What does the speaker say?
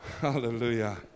Hallelujah